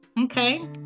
okay